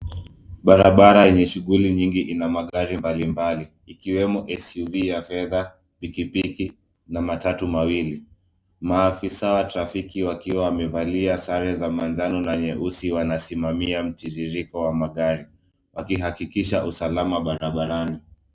Barabara yenye shughuli nyingi ina magari mbalimbali, ikiwemo SUV ya fedha, pikipiki na matatu mawili. Maafisa wa trafiki wakiwa wamevalia sare za manjano na nyeusi wanasimamia mtiririko wa magari, wakihakikisha usalama barabarani.